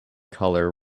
color